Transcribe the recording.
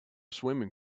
swimming